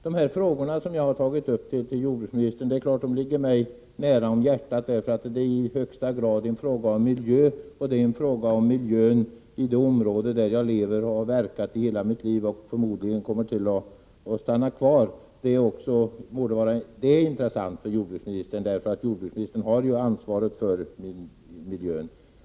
De frågor som jag har tagit upp med jordbruksministern ligger mig naturligtvis varmt om hjärtat. Det är ju fråga om miljön, och det är fråga om miljön i det område där jag lever och har verkat i hela mitt liv och där jag förmodligen kommer att stanna kvar. Detta borde vara intressant också för jordbruksministern, för han har ju ansvaret för miljön.